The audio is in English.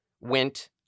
went